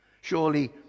Surely